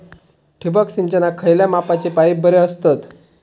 ठिबक सिंचनाक खयल्या मापाचे पाईप बरे असतत?